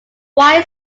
why